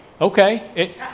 okay